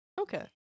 Okay